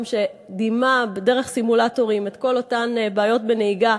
שדימה דרך סימולטורים את כל אותן בעיות בנהיגה,